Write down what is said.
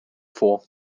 for